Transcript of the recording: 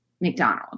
McDonald